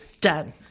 Done